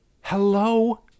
Hello